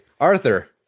Arthur